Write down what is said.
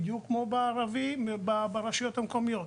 במגזר הערבי וברשויות המקומיות.